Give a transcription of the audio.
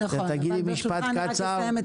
תגידי משפט קצר.